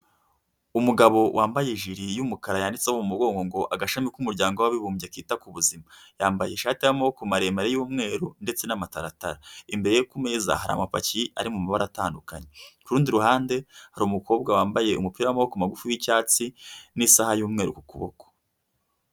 Umugabo wambaye ijiri y'umukara yanditse mu umugongo ngo agashami k'umuryango w'abibumbye kita ku buzima yambaye ishati y'amaboko maremare y'umweru ndetse n'amataratara imbere ku meza hari amapaki ari mu mabara atandukanye kurundi ruhande hari umukobwa wambaye umupira w'amaboko magufi y'icyatsi n'isaha y'umweru ku kuboko.